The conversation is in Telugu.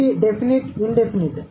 ఇవి డెఫినిట్ ఇన్ డెఫినిట్